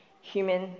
human